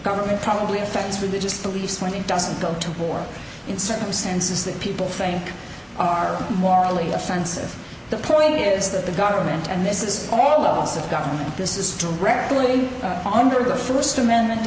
government probably affects religious beliefs when it doesn't go to war in circumstances that people think are morally offensive the point is that the government and this is all levels of government this is directly under the first amendment